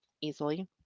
easily